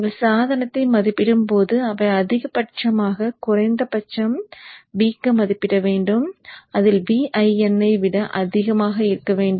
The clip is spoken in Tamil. நீங்கள் சாதனத்தை மதிப்பிடும்போது அவை அதிகபட்சமாக குறைந்தபட்சம் V க்கு மதிப்பிடப்பட வேண்டும் அதில் Vin ஐ விட அதிகமாக இருக்க வேண்டும்